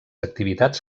activitats